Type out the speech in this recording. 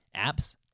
apps